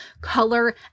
color